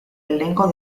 elenco